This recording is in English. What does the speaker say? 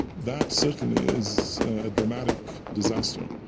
that, certainly, is a dramatic disaster.